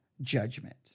judgment